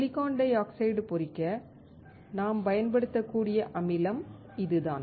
silicon dioxide பொறிக்க நாம் பயன்படுத்தக்கூடிய அமிலம் இதுதான்